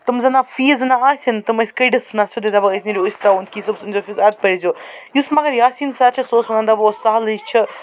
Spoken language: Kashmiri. تِم زَنہ فیٖس زَنہ آسے نہٕ تِم ٲسۍ کٔڑِتھ ژھٕنان سیوٚدُے دپان ٲسۍ نیٖرِو أسۍ ترٛاوَو نہٕ کِہیٖنۍ صُبحَس أنۍزیو فیس اَدٕ پٔرۍزیو یُس مگر یاسیٖن سَر چھِ سُہ اوس وَنان دپان اوس سہلٕے چھُ